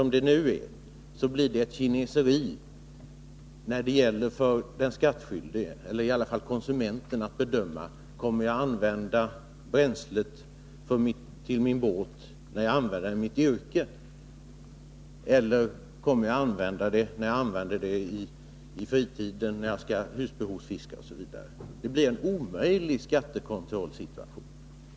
Om förslaget går igenom, blir det ett kineseri när man skall bedöma: Hur mycket bränsle kommer jag att använda när jag brukar båten i mitt yrke, och hur mycket bränsle använder jag för min båt på min fritid när jag husbehovsfiskar osv.? Det blir en omöjlig skattekontrollsituation.